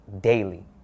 daily